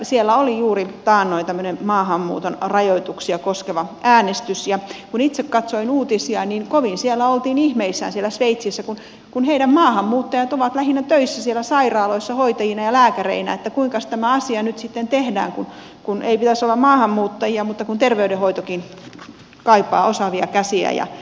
siellä oli juuri taannoin tämmöinen maahanmuuton rajoituksia koskeva äänestys ja kun itse katsoin uutisia niin kovin siellä sveitsissä oltiin ihmeissään kun heidän maahanmuuttajansa ovat töissä siellä lähinnä sairaaloissa hoitajina ja lääkäreinä että kuinkas tämä asia nyt sitten tehdään kun ei pitäisi olla maahanmuuttajia mutta kun terveydenhoitokin kaipaa osaavia käsiä ja tekijöitä